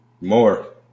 more